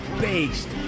based